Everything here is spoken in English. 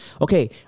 Okay